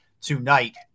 tonight